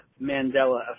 Mandela